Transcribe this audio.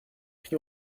pris